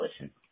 listen